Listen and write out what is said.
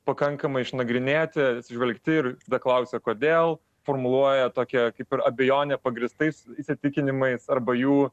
pakankamai išnagrinėti atsižvelgti ir klausia kodėl formuluoja tokią kaip ir abejonę pagrįstais įsitikinimais arba jų